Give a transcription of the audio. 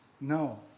No